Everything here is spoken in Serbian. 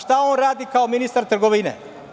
Šta on radi kao ministar trgovine?